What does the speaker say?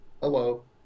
hello